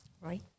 Right